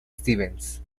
stevens